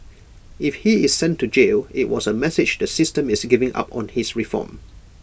if he is sent to jail IT was A message the system is giving up on his reform